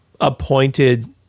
appointed